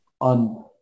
on